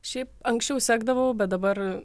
šiaip anksčiau sekdavau bet dabar